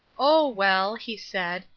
oh, well, he said,